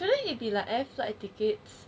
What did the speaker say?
shouldn't it be like air flight tickets